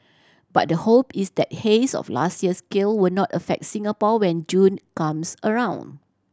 but the hope is that haze of last year's scale will not affect Singapore when June comes around